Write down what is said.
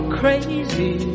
crazy